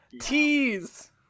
Tease